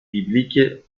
biblique